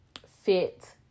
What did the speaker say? fit